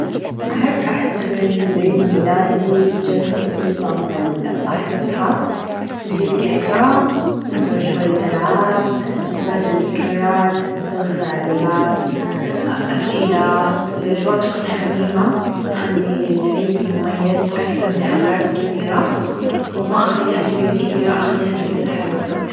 أحب أحتفل بعيد ميلادي بچلسه بسيطه مع الأهل و الأصحاب نچيب كيكه نسوي شويه ألعاب نتبادل الذكريات نسوي فعاليات أسئله الأچواء تكون حميمه تخلي العيد مميز أكثر من الحفلات الكبيره و ما أخليها چدا كبيرا أخليها چدا حنونه.